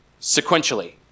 sequentially